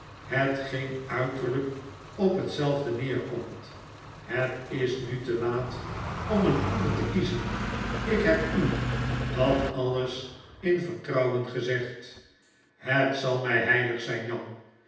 hetgeen uiterlp op hetzelfde neerkomt het is nu te laat om een ander te kiezen ik heb u dat alles in vertrouwen gezegd het zal mi heilig zp jan